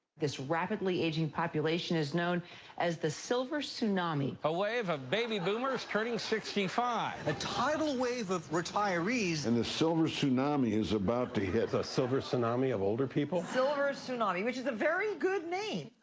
this rapidly aging population is known as the silver tsunami. a wave of baby boomers turning sixty five. a tidal wave of retirees. and the silver tsunami is about to hit. the silver tsunami of older people. the silver tsunami, which is a very good name.